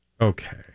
Okay